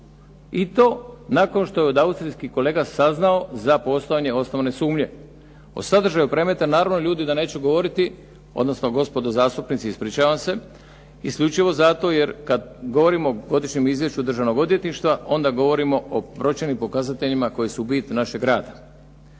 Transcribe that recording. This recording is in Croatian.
i to nakon što je od austrijskih kolega saznao za postojanje osnovane sumnje. O sadržaju predmeta naravno ljudi da neću govoriti, odnosno gospodo zastupnici ispričavam se, isključivo zato jer kad govorimo o Godišnjem izvješću Državnog odvjetništva onda govorimo o brojčanim pokazateljima koji su bit našeg rada.